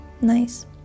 Nice